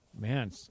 Man